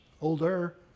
older